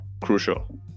crucial